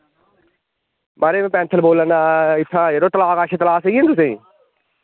महाराज में पैंथल बोल्ला ना इत्थां यरो तला कच्छ तला सेही ऐ नी तुसेंगी